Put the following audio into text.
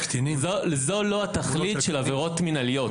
זו לא התכלית של עבירות מינהליות.